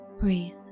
Breathe